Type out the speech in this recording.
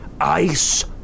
ice